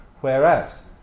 whereas